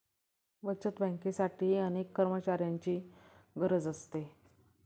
बचत बँकेसाठीही अनेक कर्मचाऱ्यांची गरज असते